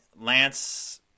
lance